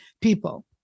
people